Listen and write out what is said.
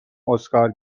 اسکار